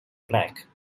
black